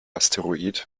asteroid